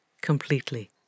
completely